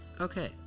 Okay